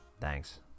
Thanks